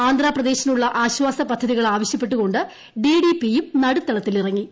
ആന്ധ്രാപ്രദേശിനുള്ള ആശ്വാസ പദ്ധതികൾ ആവശ്യപ്പെട്ടുകൊ ് ടി ഡി പിയും നടുത്തളത്തിലിറങ്ങി